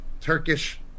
Turkish